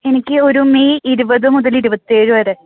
എനിക്ക് ഒരു മേയ് ഇരുപത് മുതൽ ഇരുപത്തേഴ് വരെ